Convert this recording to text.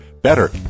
better